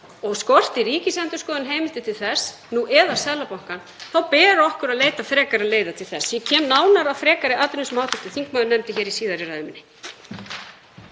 Og skorti Ríkisendurskoðun heimildir til þess, nú eða Seðlabankann, þá ber okkur að leita frekari leiða til þess. Ég kem nánar að frekari atriðum sem hv. þingmaður nefndi hér í síðari ræðu minni.